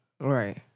Right